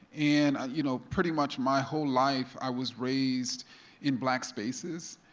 and you know pretty much my whole life i was raised in black spaces,